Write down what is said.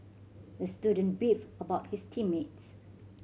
the student beefed about his team mates